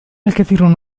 الكثيرون